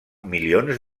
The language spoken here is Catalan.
milions